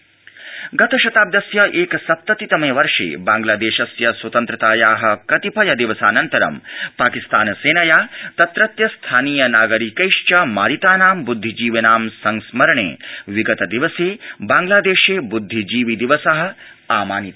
बांग्लादेश गतशताब् स्य एकसप्ततितमे वर्ष बांग्ला शस्य स्वतन्त्रताया कतिपय वसानन्तरं पाकिस्तानसेनया तत्रत्य स्थानीयनागरिकैश्च मारितानां बुद्धिजीविनां संस्मरणे विगतपिवसे बांग्लापेशे ब्द्धिजीवि वस आमानित